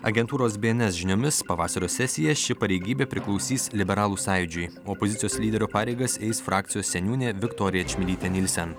agentūros bns žiniomis pavasario sesiją ši pareigybė priklausys liberalų sąjūdžiui opozicijos lyderio pareigas eis frakcijos seniūnė viktorija čmilytė nilsen